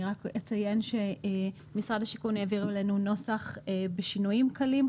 אני רק אציין שמשרד השיכון העביר אלינו נוסח בשינויים קלים,